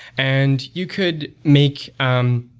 and you could make on